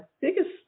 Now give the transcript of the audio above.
biggest